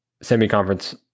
semi-conference